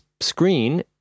screen